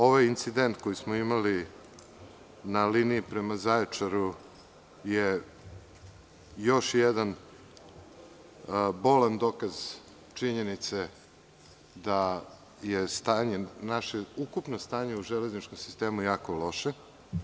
Ovaj incident koji smo imali na liniji prema Zaječaru je još jedan bolan dokaz činjenice, da je stanje, naše ukupno stanje u železničkom sistemu jako loše.